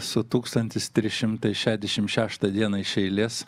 su tūkstantis trys šimtai šešiasdešimt šeštą dieną iš eilės